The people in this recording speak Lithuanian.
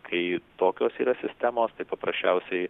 kai tokios yra sistemos tai paprasčiausiai